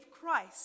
Christ